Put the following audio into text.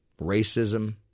racism